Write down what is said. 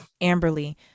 Amberly